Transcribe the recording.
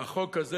החוק הזה,